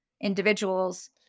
individuals